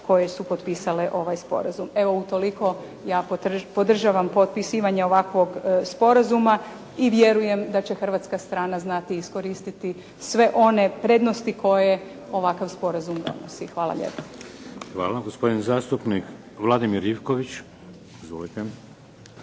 koje su potpisale ovaj sporazum. Evo, u toliko ja podržavam potpisivanje ovakvog sporazuma i vjerujem da će Hrvatska strana znati iskoristiti sve one prednosti koje ovakav sporazum donosi. Hvala lijepa. **Šeks, Vladimir (HDZ)** Hvala. Gospodin zastupnik Vladimir Ivković. Izvolite.